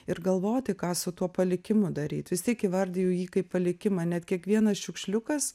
ir galvoti ką su tuo palikimu daryt vis tiek įvardiju jį kaip palikimą net kiekvienas šiukšliukas